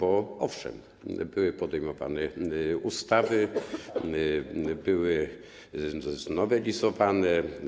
Owszem, były przyjmowane ustawy, były nowelizowane.